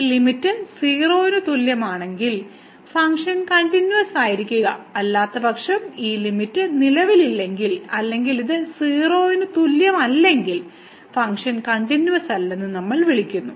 ഈ ലിമിറ്റ് 0 ന് തുല്യമാണെങ്കിൽ ഫംഗ്ഷൻ കണ്ടിന്യൂവസായിരിക്കുക അല്ലാത്തപക്ഷം ഈ ലിമിറ്റ് നിലവിലില്ലെങ്കിൽ അല്ലെങ്കിൽ ഇത് 0 ന് തുല്യമല്ലെങ്കിൽ ഫംഗ്ഷൻ കണ്ടിന്യൂവസല്ലെന്ന് നമ്മൾ വിളിക്കുന്നു